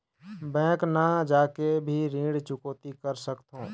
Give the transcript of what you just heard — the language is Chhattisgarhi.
बैंक न जाके भी ऋण चुकैती कर सकथों?